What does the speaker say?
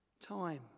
Time